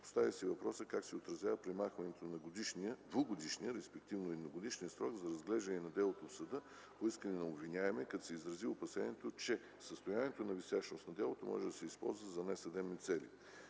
Постави се въпросът как се отразява премахването на двугодишния, респ. едногодишния срок за разглеждане на делото в съда по искане на обвиняемия, като се изрази опасението, че състоянието на висящност на делото може да се използва за не съдебни цели.